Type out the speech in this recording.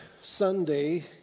Sunday